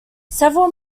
several